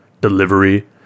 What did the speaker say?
delivery